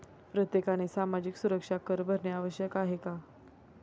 प्रत्येकाने सामाजिक सुरक्षा कर भरणे आवश्यक आहे का?